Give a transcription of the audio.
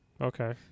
okay